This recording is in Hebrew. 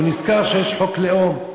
והוא נזכר שיש חוק לאום.